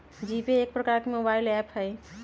GPay एक प्रकार के मोबाइल ऐप हइ